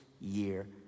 year